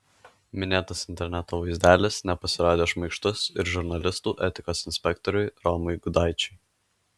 minėtas interneto vaizdelis nepasirodė šmaikštus ir žurnalistų etikos inspektoriui romui gudaičiui